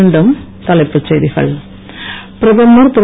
மீண்டும் தலப்புச் செய்திகள் பிரதமர் திரு